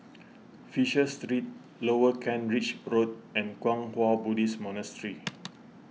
Fisher Street Lower Kent Ridge Road and Kwang Hua Buddhist Monastery